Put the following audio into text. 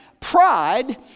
Pride